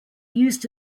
used